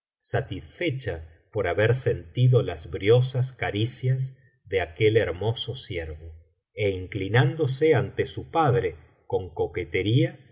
satisfecha por haber sentido las briosas caricias de aquel hermoso ciervo e inclinándose ante su padre con coquetería